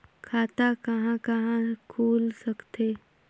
खाता कहा कहा खुल सकथे?